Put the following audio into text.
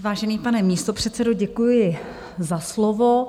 Vážený pane místopředsedo, děkuji za slovo.